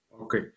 Okay